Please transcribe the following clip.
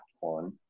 one